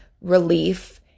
relief